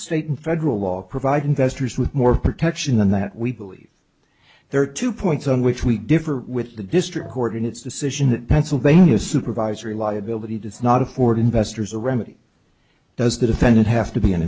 state and federal law provide investors with more protection than that we believe there are two points on which we differ with the district court in its decision that pennsylvania supervisory liability does not afford investors a remedy does the defendant have to be an